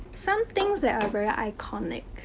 some things that are very iconic.